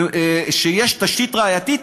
שיש תשתית ראייתית,